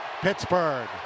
Pittsburgh